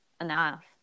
enough